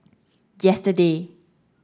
yesterday